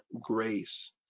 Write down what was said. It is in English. grace